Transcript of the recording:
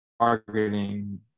targeting